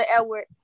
Edward